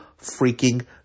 freaking